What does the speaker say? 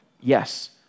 Yes